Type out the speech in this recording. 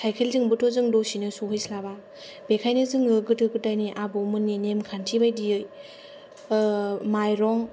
साइखेलजोंबोथ' जों दसेनो सहैस्लाबा बेखायनो जोङो गोदो गोदायनि आबौमोननि नेमखान्थि बादियै माइरं